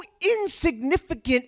insignificant